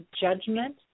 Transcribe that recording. judgment